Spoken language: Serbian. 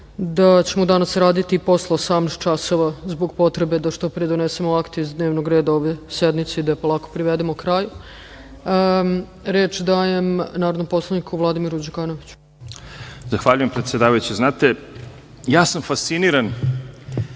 ćemo danas raditi i posle 18.00 časova zbog potrebe da što pre donesemo akte iz dnevnog reda ove sednice i da je polako privedemo kraju. Reč dajem narodnom poslaniku Vladimiru Đukanoviću. **Vladimir Đukanović** Zahvaljujem, predsedavajuća. Znate, ja sam fasciniran,